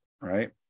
right